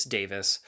Davis